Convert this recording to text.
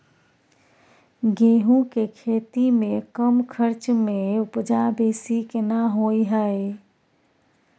गेहूं के खेती में कम खर्च में उपजा बेसी केना होय है?